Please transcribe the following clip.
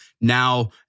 Now